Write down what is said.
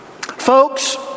Folks